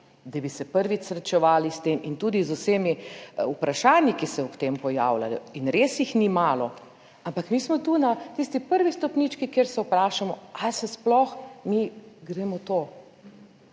da bi se prvič srečevali s tem in tudi z vsemi vprašanji, ki se ob tem pojavljajo, in res jih ni malo. Ampak mi smo tu na tisti prvi stopnički, kjer se vprašamo, ali se sploh mi gremo v